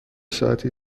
ساعتی